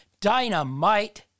dynamite